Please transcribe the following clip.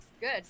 Good